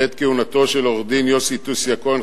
בעת כהונתו של עורך-דין יוסי תוסיה-כהן,